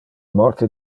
morte